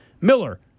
Miller